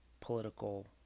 political